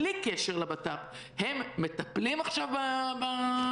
בלי קשר לבט"פ הם מטפלים עכשיו במשפחות?